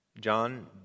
John